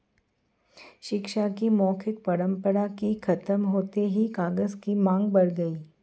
शिक्षा की मौखिक परम्परा के खत्म होते ही कागज की माँग बढ़ गई